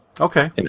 Okay